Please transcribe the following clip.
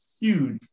huge